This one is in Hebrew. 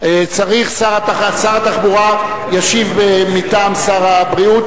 שר התחבורה ישיב מטעם שר הבריאות,